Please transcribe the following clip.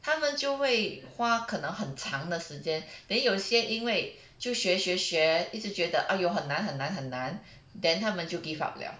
他们就会花可能很长的时间 then 有些因为就学学学一直觉得 !aiyo! 很难很难很难 then 他们就 give up 了